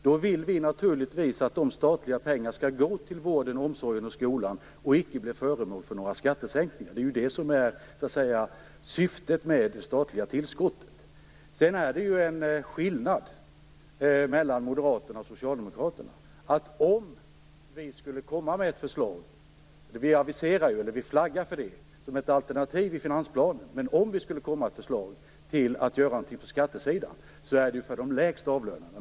Vi vill då naturligtvis att de statliga pengarna går till vården, omsorgen och skolan och icke blir föremål för några skattesänkningar. Det är syftet med det statliga tillskottet. Sedan är det en skillnad mellan Moderaterna och Socialdemokraterna. Om vi skulle komma med ett förslag - vi flaggar för det som ett alternativ i finansplanen - att göra någonting på skattesidan är det för de lägst avlönade.